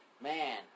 Man